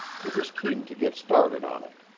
he was keen to get started on it.